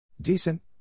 decent